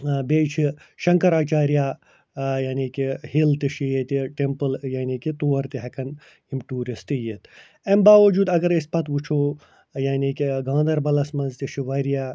آ بیٚیہِ چھِ شنکر آچارِیا یعنی کہِ ہِل تہِ چھُ ییٚتہِ ٹیمپُل یعنی کہِ تور تہِ ہٮ۪کن یِم ٹیٛوٗرسٹہِ تہِ یِتھ اَمہِ باوجوٗد اگر أسۍ پتہٕ وُچھو یعنی کہِ گانٛدربلس منٛز تہِ چھُ وارِیاہ